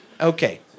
Okay